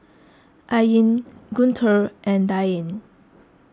Ain Guntur and Dian